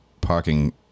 parking